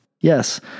Yes